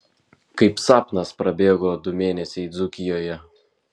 kaip sapnas prabėgo du mėnesiai dzūkijoje